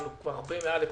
אבל הוא הרבה מעל לפנסיה,